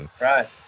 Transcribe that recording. Right